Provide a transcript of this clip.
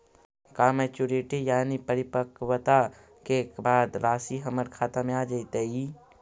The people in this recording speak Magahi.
का मैच्यूरिटी यानी परिपक्वता के बाद रासि हमर खाता में आ जइतई?